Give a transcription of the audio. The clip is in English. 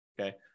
okay